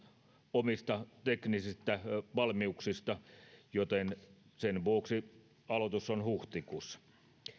omista teknisistä valmiuksista joten sen vuoksi aloitus on huhtikuussa